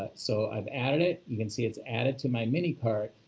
but so i've added it, you can see it's added to my mini cart.